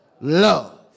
love